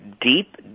deep